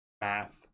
Math